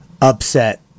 upset